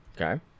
Okay